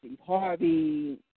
Harvey